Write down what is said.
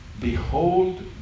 Behold